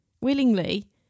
willingly